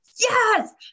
yes